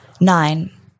Nine